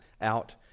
out